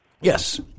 Yes